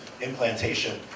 implantation